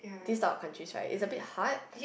this type of countries right is a bit hard